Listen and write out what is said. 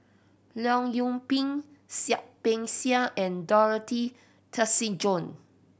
Leong Yoon Pin Seah Peck Seah and Dorothy Tessensohn